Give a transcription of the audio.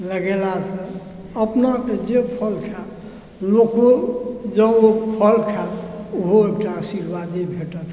लगेलासॅं अपना तऽ जे फल खायब लोकों जँ ओ फल खायत ओहो एकटा आशीर्वादे भेटत